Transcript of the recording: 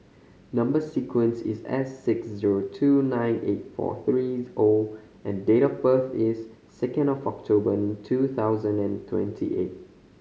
number sequence is S six zero two nine eight four three O and date of birth is second of October two thousand and twenty eight